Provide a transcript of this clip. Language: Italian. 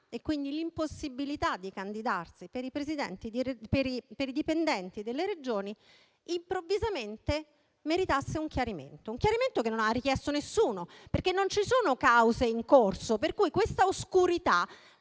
e quindi l'impossibilità di candidarsi per i dipendenti delle Regioni, improvvisamente meritasse un chiarimento; chiarimento che non aveva chiesto nessuno, perché non ci sono cause in corso, per cui questa oscurità